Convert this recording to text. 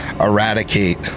eradicate